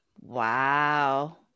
Wow